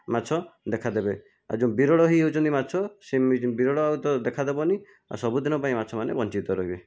ମାଛ ଦେଖା ଦେବେ ଆଉ ଯେଉଁ ବିରଳ ହୋଇ ଯାଉଛନ୍ତି ମାଛ ସେ ବିରଳତା ଆଉ ଦେଖା ଦେବନି ଆଉ ସବୁଦିନ ପାଇଁ ମାଛମାନେ ବଞ୍ଚିତ ରହିବେ